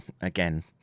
again